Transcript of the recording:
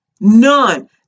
None